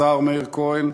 לשר מאיר כהן,